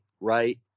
right